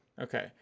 okay